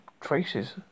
traces